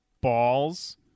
Balls